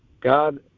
God